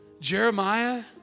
Jeremiah